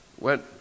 Went